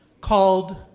called